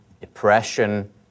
depression